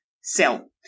sell